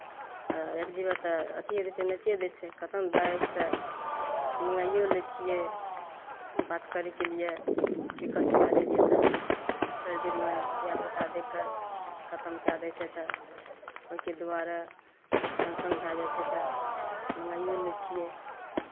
आ एक जी बी तऽ अथिए दै छै नेटे दै छै खतम भए जाइ छै तऽ मङ्गाइओ लै छियै बात करयके लिए दिक्कत भए जाइ छै तऽ भरि दिनमे धियापुता देखि कऽ खतम कए दै छै तऽ ओहिके दुआरे टेन्शन भए जाइ छै तऽ मङ्गाइओ लै छियै